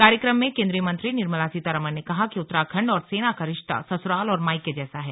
कार्यक्रम में केंद्रीय मंत्री निर्मला सीतारमण ने कहा कि उत्तराखंड और सेना का रिश्ता ससुराल और मायके जैसा है